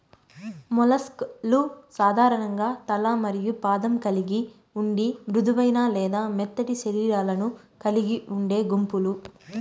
mollusc లు సాధారణంగా తల మరియు పాదం కలిగి ఉండి మృదువైన లేదా మెత్తటి శరీరాలను కలిగి ఉండే గుంపులు